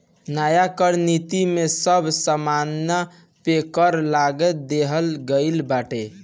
नया कर नीति में सब सामान पे कर लगा देहल गइल बाटे